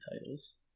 titles